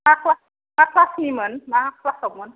मा क्लास मा क्लासनिमोन मा क्लासावमोन